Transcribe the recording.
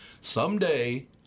someday